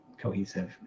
cohesive